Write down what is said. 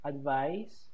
Advice